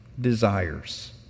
desires